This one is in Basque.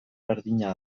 berdina